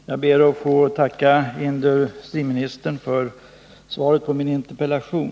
Herr talman! Jag ber att få tacka industriministern för svaret på min interpellation.